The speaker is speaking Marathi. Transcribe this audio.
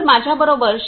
तर माझ्याबरोबर श्री